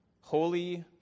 Holy